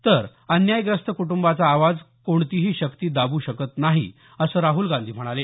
तर अन्यायग्रस्त कुटुंबाचा आवाज कोणतीही शक्ती दाबू शकत नाही असं राहूल गांधी म्हणाले